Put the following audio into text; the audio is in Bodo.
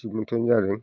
थिग मथन जादों